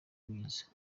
myiza